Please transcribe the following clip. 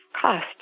cost